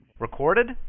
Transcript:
Recorded